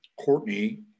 Courtney